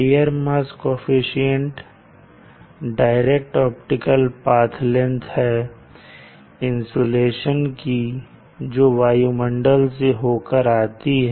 air mass coefficient direct optical path length है insolation की जो वायुमंडल से होकर आती है